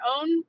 own